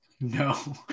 No